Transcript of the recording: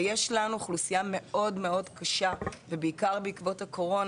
ויש לנו אוכלוסייה מאוד מאוד מקשה ובעיקר בעקבות הקורונה